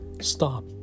Stop